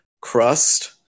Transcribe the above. crust